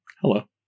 Hello